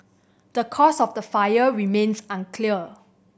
the cause of the fire remains unclear